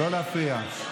לא להפריע.